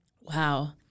Wow